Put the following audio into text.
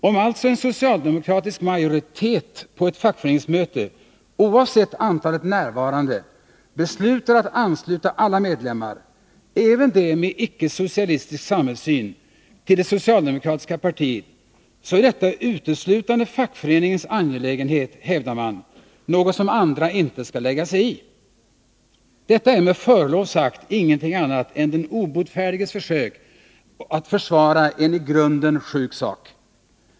Om alltså en socialdemokratisk majoritet på ett fackföreningsmöte, oavsett antalet närvarande, beslutar att ansluta alla medlemmar — även de med en icke-socialistisk samhällssyn — till det socialdemokratiska partiet, är detta uteslutande fackföreningens angelägenhet, hävdar man, något som andra inte skall lägga sig i. Detta är med förlov sagt ingenting annat än den obotfärdiges försök att försvara en i grunden sjuk sak.